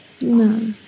No